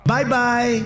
Bye-bye